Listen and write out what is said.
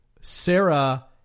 Sarah